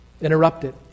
Interrupted